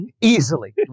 easily